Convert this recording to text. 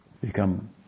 become